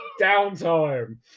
downtime